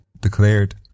declared